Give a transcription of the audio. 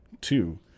two